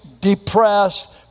depressed